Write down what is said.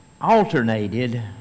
alternated